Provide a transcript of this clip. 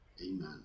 Amen